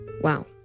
Wow